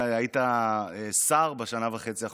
היית שר בשנה וחצי האחרונות,